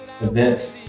event